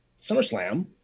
SummerSlam